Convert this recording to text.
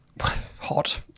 Hot